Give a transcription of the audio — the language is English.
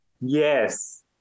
Yes